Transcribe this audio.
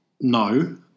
No